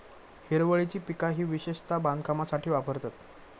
हिरवळीची पिका ही विशेषता बांधकामासाठी वापरतत